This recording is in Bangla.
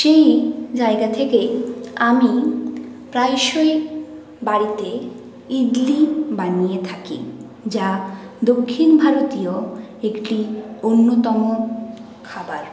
সেই জায়গা থেকে আমি প্রায়শই বাড়িতে ইডলি বানিয়ে থাকি যা দক্ষিণ ভারতীয় একটি অন্যতম খাবার